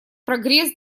прогресс